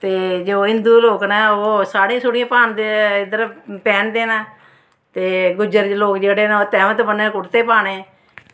ते जो हिन्दू लोग न ओह् साड़ियां सूड़ियां पांदे इद्धर पैंह्नदे न ते गुज्जर लोग जेह्ड़े न ओह् तैमद बनन्ने कुर्ते पाने